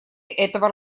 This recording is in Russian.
этого